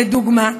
לדוגמה,